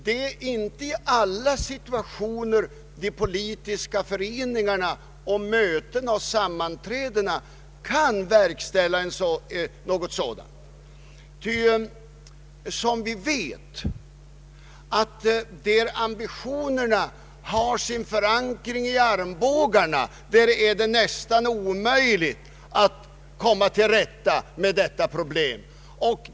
Det är inte i alla situationer som de politiska föreningarna, mötena och sammanträdena kan verkställa något sådant, ty vi vet att där ambitionerna har sin förankring i armbågarna är det nästan omöjligt att komma till rätta med detta problem.